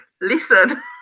Listen